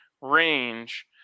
range